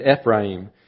Ephraim